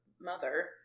mother